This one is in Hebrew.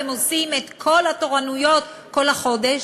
אם הם עושים את כל התורנויות כל החודש,